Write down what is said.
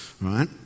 Right